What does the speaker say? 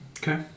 Okay